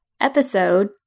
episode